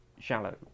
shallow